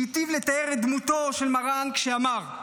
שהיטיב לתאר את דמותו של מרן כשאמר,